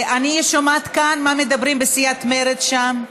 אני שומעת כאן מה מדברים בסיעת מרצ שם.